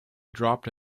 dropped